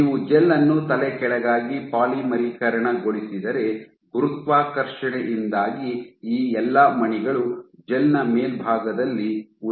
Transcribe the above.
ನೀವು ಜೆಲ್ ಅನ್ನು ತಲೆಕೆಳಗಾಗಿ ಪಾಲಿಮರೀಕರಣಗೊಳಿಸಿದರೆ ಗುರುತ್ವಾಕರ್ಷಣೆಯಿಂದಾಗಿ ಈ ಎಲ್ಲಾ ಮಣಿಗಳು ಜೆಲ್ ನ ಮೇಲ್ಭಾಗದಲ್ಲಿ ಉಳಿಯುತ್ತವೆ